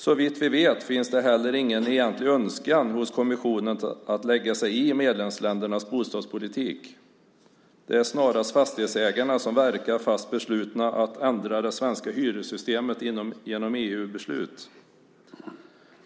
Såvitt vi vet finns det heller ingen egentlig önskan hos kommissionen att lägga sig i medlemsländernas bostadspolitik. Det är snarast fastighetsägarna som verkar fast beslutna att ändra det svenska hyressystemet genom EU-beslut.